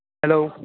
hello